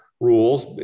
rules